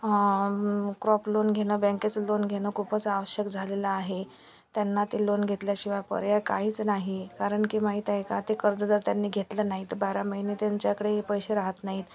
crop loan घेणं बँकेचं loan घेणं खूपच आवश्यक झालेलं आहे त्यांना ते लोन घेतल्याशिवाय पर्याय काहीच नाही कारण की माहित आहे का ते कर्ज जर त्यांनी घेतलं नाही तर बारा महिने त्यांच्याकडेही पैसे राहत नाहीत